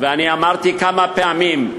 ואני אמרתי כמה פעמים,